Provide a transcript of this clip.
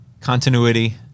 continuity